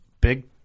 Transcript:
big